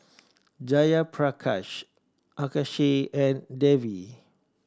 Jayaprakash Akshay and Devi